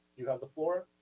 you have the floor.